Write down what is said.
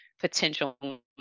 potential